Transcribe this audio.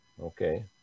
okay